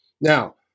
Now